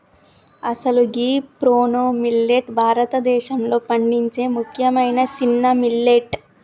అసలు గీ proso millet భారతదేశంలో పండించే ముఖ్యమైన సిన్న మిల్లెట్